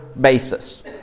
basis